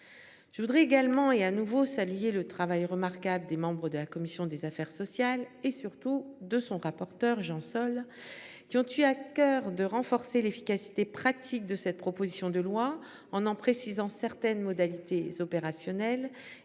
Je voudrais également et à nouveau salué le travail remarquable des membres de la commission des affaires sociales et surtout de son rapporteur Jean Jean-Sol qui ont eu à coeur de renforcer l'efficacité pratique de cette proposition de loi en en précisant certaines modalités opérationnelles